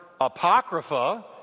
apocrypha